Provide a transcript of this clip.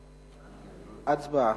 הצבעה.